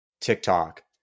TikTok